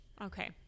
okay